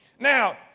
Now